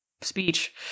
speech